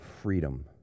freedom